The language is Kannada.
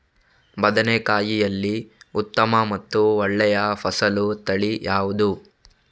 ಬದನೆಕಾಯಿಯಲ್ಲಿ ಉತ್ತಮ ಮತ್ತು ಒಳ್ಳೆಯ ಫಸಲು ತಳಿ ಯಾವ್ದು?